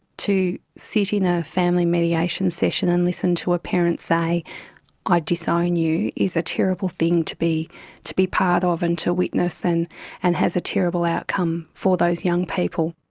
to sit in a family mediation session and listen to a parent say i disown you is a terrible thing to be to be part of and to witness and and has a terrible outcome for those young people.